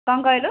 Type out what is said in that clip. କ'ଣ କହିଲୁ